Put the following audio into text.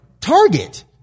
target